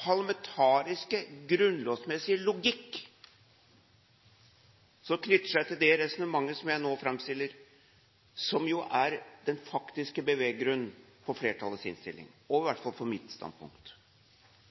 parlamentariske grunnlovsmessige logikk som knytter seg til det resonnementet som jeg nå framstiller, som er den faktiske beveggrunn for flertallets innstilling, og i hvert fall for mitt standpunkt.